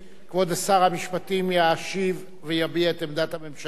כבוד שר המשפטים ישיב ויביע את עמדת הממשלה.